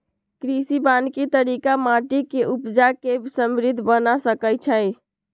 कृषि वानिकी तरिका माटि के उपजा के समृद्ध बना सकइछइ